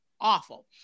awful